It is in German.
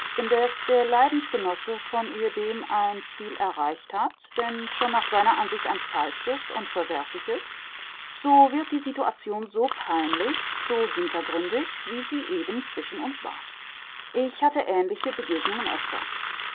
indes der leidensgenosse von ehedem ein ziel erreicht hat wenn schon nach seiner ansicht ein falsches und verwerfliches so wird die situation so peinlich so hintergründig wie sie eben zwischen uns war ich hatte ähnliche begegnungen öfter